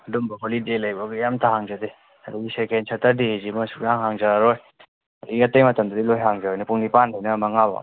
ꯑꯗꯨꯒꯨꯝꯕ ꯍꯣꯂꯤꯗꯦ ꯂꯩꯕ ꯃꯈꯩ ꯑꯃꯠꯇ ꯍꯥꯡꯖꯗꯦ ꯑꯗꯨꯒ ꯁꯦꯀꯦꯟ ꯁꯇꯔꯗꯦ ꯁꯤꯃ ꯁꯨꯛꯍꯥꯡ ꯍꯥꯡꯖꯔꯔꯣꯏ ꯑꯗꯨꯗꯒꯤ ꯑꯇꯩ ꯃꯇꯝꯗꯗꯤ ꯂꯣꯏꯅ ꯍꯥꯡꯖꯒꯅꯤ ꯄꯨꯡ ꯅꯤꯄꯥꯜꯗꯒꯤꯅ ꯃꯉꯥ ꯐꯥꯎꯕ